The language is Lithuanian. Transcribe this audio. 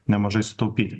nemažai sutaupyti